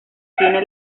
tiene